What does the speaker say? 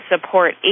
support